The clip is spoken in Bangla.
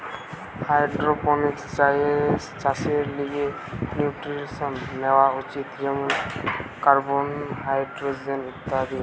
হাইড্রোপনিক্স চাষের লিগে নিউট্রিয়েন্টস লেওয়া উচিত যেমন কার্বন, হাইড্রোজেন ইত্যাদি